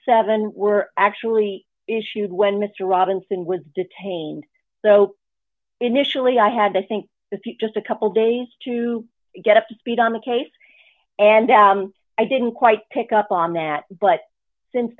seven were actually issued when mr robinson was detained so initially i had to think if you just a couple days to get up to speed on the case and i didn't quite pick up on that but since